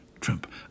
Trump